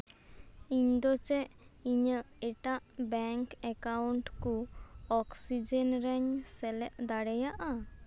ᱤᱧ ᱫᱚ ᱪᱮᱫ ᱤᱧᱟᱹᱜ ᱮᱴᱟᱜ ᱵᱮᱝᱠ ᱮᱠᱟᱣᱩᱱᱴ ᱠᱩ ᱚᱠᱥᱤᱡᱮᱱ ᱨᱮᱧ ᱥᱮᱞᱮᱫ ᱫᱟᱲᱮᱭᱟᱜᱼᱟ